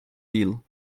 deal